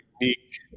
unique